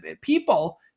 people